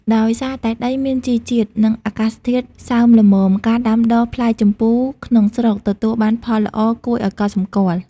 ដោយសារតែដីមានជីជាតិ និងអាកាសធាតុសើមល្មម ការដាំដុះផ្លែជម្ពូក្នុងស្រុកទទួលបានផលល្អគួរឱ្យកត់សម្គាល់។